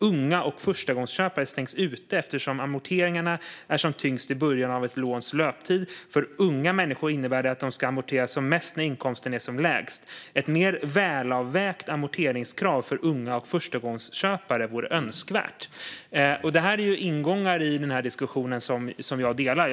Unga och förstagångsköpare stängs ute eftersom amorteringarna är som tyngst i början av ett låns löptid. För unga människor innebär det att de ska amortera som mest när inkomsten är som lägst. Ett mer välavvägt amorteringskrav för unga och förstagångsköpare vore önskvärt." Det här är ingångar i diskussionen som jag delar.